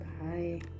Bye